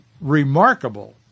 remarkable